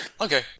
Okay